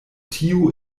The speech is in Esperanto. tiu